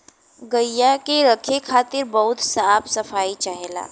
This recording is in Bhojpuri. गइया के रखे खातिर बहुत साफ सफाई चाहेला